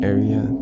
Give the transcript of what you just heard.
Area